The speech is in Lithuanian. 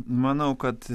manau kad